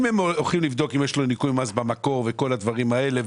אני אם הם הולכים לבדוק אם יש לו ניכוי מס במקור וכל הדברים האלה,